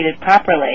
properly